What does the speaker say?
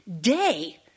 day